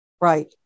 Right